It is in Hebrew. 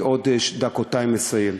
עוד דקתיים אני מסיים,